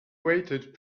waited